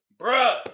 Bruh